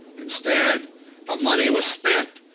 instead the money was spent,